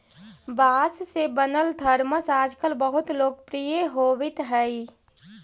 बाँस से बनल थरमस आजकल बहुत लोकप्रिय होवित हई